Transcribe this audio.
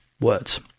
words